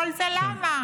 כל זה למה?